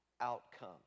outcome